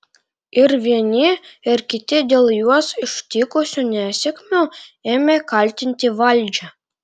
ir vieni ir kiti dėl juos ištikusių nesėkmių ėmė kaltinti valdžią